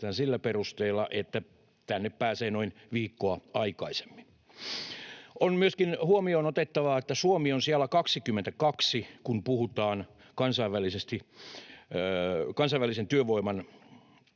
sillä perusteella, että tänne pääsee noin viikkoa aikaisemmin. On myöskin huomioon otettavaa, että Suomi on sijalla 22, kun puhutaan kansainvälisen työvoiman